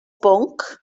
bwnc